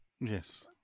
Yes